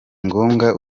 ngombwa